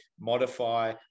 modify